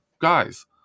guys